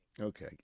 Okay